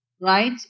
right